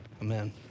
amen